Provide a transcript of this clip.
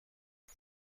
het